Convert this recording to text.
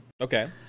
Okay